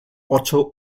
otto